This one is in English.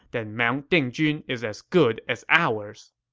then mount dingjun is as good as ours.